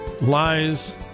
lies